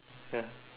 ya